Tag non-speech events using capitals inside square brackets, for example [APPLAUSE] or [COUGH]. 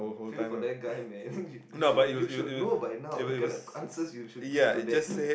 feel for that guy man [LAUGHS] you you should you should know by now the kind of answers you should give to that [LAUGHS]